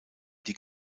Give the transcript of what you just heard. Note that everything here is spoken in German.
die